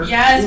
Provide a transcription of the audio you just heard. Yes